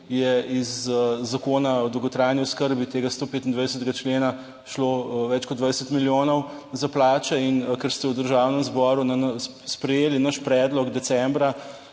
je iz Zakona o dolgotrajni oskrbi, tega 125. člena šlo več kot 20 milijonov za plače, in ker ste v Državnem zboru sprejeli naš predlog, decembra